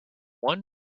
one